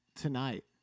Tonight